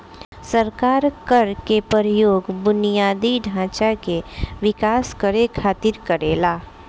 सरकार कर के प्रयोग बुनियादी ढांचा के विकास करे खातिर करेला